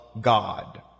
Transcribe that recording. God